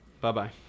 Bye-bye